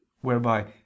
whereby